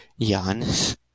Giannis